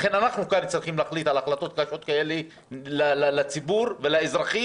לכן אנחנו כאן צריכים להחליט החלטות קשות כאלה לציבור ולאזרחים,